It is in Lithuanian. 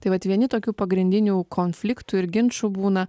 tai vat vieni tokių pagrindinių konfliktų ir ginčų būna